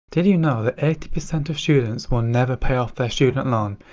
did you know that eighty percent of students will never pay off their student loan?